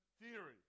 theory